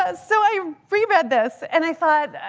ah so i reread this and i thought,